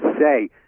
say